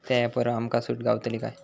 त्या ऍपवर आमका सूट गावतली काय?